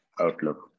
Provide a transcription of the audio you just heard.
outlook